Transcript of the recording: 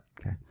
Okay